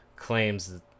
Claims